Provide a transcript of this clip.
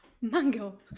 Mango